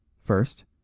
First